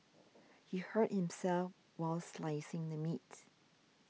he hurt himself while slicing the meats